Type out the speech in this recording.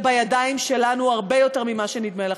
זה בידיים שלנו הרבה יותר ממה שנדמה לכם.